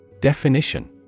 Definition